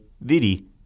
Vidi